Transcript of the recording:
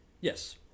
Yes